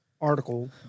article